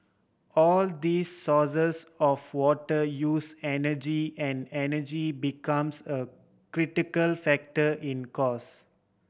all these sources of water use energy and energy becomes a critical factor in cost